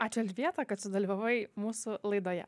ačiū elžbieta kad sudalyvavai mūsų laidoje